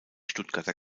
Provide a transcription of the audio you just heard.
stuttgarter